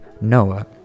Noah